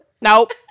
Nope